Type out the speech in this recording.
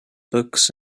books